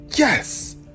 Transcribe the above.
Yes